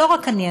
ולא רק אני,